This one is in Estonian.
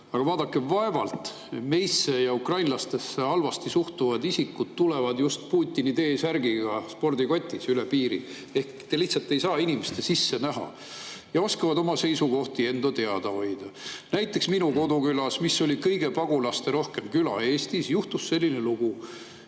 Aga vaadake, vaevalt meisse ja ukrainlastesse halvasti suhtuvad isikud tulevad just Putini T-särgiga spordikotis üle piiri. Te lihtsalt ei saa inimeste sisse näha ja nad oskavad oma seisukohti enda teada hoida. Näiteks minu kodukülas, mis oli kõige pagulasterohkem küla Eestis, juhtus selline lugu.